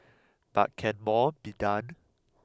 but can more be done